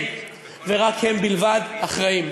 הם ורק הם בלבד אחראים.